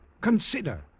Consider